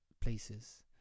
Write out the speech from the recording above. places